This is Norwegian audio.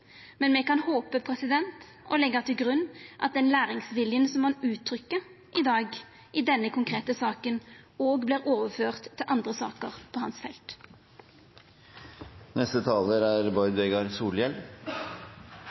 men me kan håpa og leggja til grunn at den læringsviljen som han uttrykker i dag, i denne konkrete saka, òg vert overført til andre saker på hans